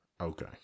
okay